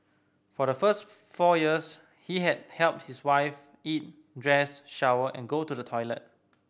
for the first four years he has helped his wife eat dress shower and go to the toilet